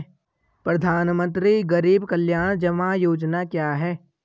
प्रधानमंत्री गरीब कल्याण जमा योजना क्या है?